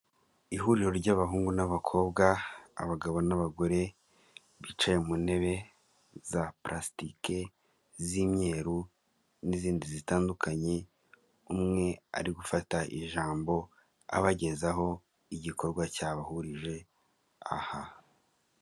Ihuriro ry'abahungu n'abakobwa, abagabo n'abagore bicaye mu ntebe za purasitike z'imyeru n'izindi zitandukanye, umwe ari gufata ijambo abagezaho igikorwa cyabahurije aha.